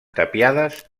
tapiades